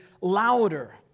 louder